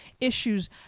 issues